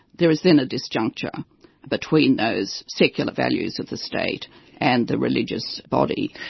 there is then a disjuncture between those secular values of the state and the religious body.